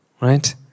right